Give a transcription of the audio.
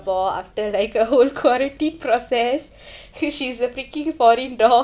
after like a whole quarantine process she's a freaking foreign dog